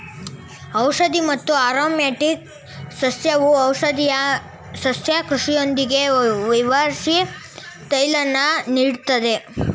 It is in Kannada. ಔಷಧಿ ಮತ್ತು ಆರೊಮ್ಯಾಟಿಕ್ ಸಸ್ಯವು ಔಷಧೀಯ ಸಸ್ಯ ಕೃಷಿಯೊಂದಿಗೆ ವ್ಯವಹರ್ಸಿ ತೈಲನ ನೀಡ್ತದೆ